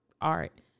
art